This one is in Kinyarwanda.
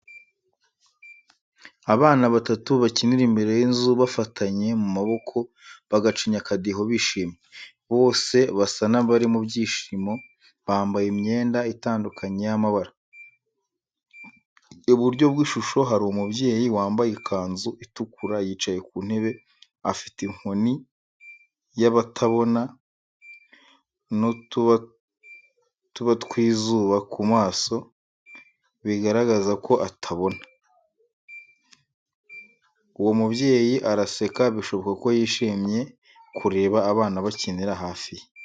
Bana batanu bakinira imbere y'inzu, bafatanye mu maboko bagacinya akadiho bishimye. Bose basa n'abari mu byishimo, bambaye imyenda itandukanye y'amabara. Iburyo bw’ishusho hari umubyeyi wambaye ikanzu itukura, yicaye ku ntebe afite inkoni y’abatabona n’utubatubatuba tw’izuba ku maso, bigaragaza ko atabona. Uwo mubyeyi araseka, bishoboka ko yishimiye kureba abana bakinira hafi ye.